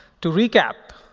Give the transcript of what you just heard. to recap,